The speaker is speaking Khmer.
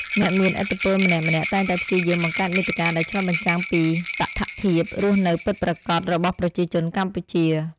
អ្នកមានឥទ្ធិពលម្នាក់ៗតែងតែព្យាយាមបង្កើតមាតិកាដែលឆ្លុះបញ្ចាំងពីតថភាពរស់នៅពិតប្រាកដរបស់ប្រជាជនកម្ពុជា។